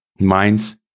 Minds